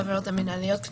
אני